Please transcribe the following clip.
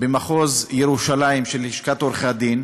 במחוז ירושלים של לשכת עורכי-הדין,